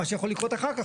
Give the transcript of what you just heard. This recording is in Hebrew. מה שיכול לקרות אחר כך,